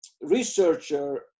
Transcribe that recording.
researcher